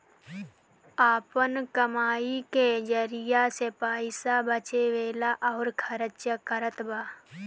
आपन कमाई के जरिआ से पईसा बचावेला अउर खर्चा करतबा